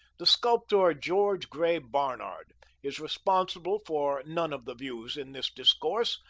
the sculptor george gray barnard is responsible for none of the views in this discourse,